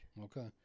Okay